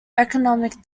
economic